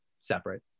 separate